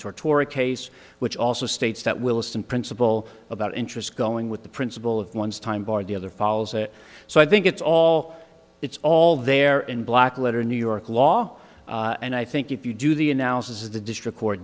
torah case which also states that wilson principal about interest going with the principle of one's time barred the other follows it so i think it's all it's all there in black letter new york law and i think if you do the analysis of the district court